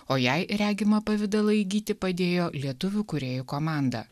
o jai regimą pavidalą įgyti padėjo lietuvių kūrėjų komandą